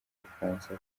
bufaransa